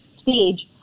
stage